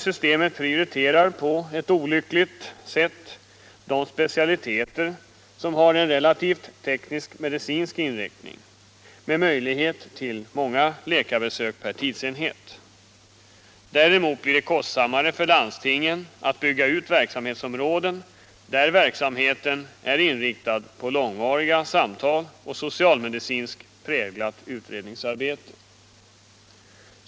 Systemet prioriterar på ett olyckligt sätt de specialiteter som har en relativt teknisk-medicinsk inriktning med möjlighet till många läkarbesök per tidsenhet. Däremot blir det kostsammare för landstingen att bygga ut verksamheten på de områden där den är inriktad på långvariga samtal och socialmedicinskt präglat utredningsarbete.